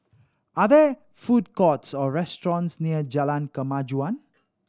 are there food courts or restaurants near Jalan Kemajuan